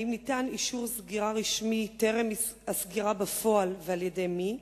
האם ניתן אישור סגירה רשמי טרם הסגירה בפועל ועל-ידי מי?